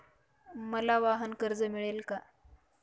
मला वाहनकर्ज मिळेल का?